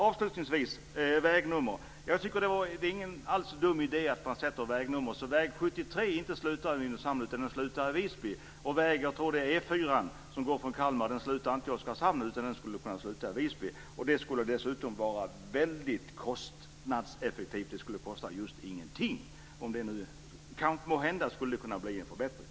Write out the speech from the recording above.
Avslutningsvis vill jag ta upp det här med vägnummer. Jag tycker inte alls att det är en dum idé att man sätter vägnummer så att väg 73 inte slutar i Nynäshamn utan i Visby och att E 4:an, tror jag att det är, som går från Kalmar, inte slutar i Oskarshamn utan skulle kunna sluta i Visby. Det skulle dessutom vara väldigt kostnadseffektivt. Det skulle kosta just ingenting - om det nu måhända skulle kunna leda till en förbättring.